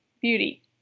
beauty